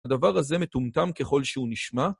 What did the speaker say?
הדבר הזה מטומטם ככל שהוא נשמע.